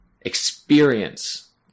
experience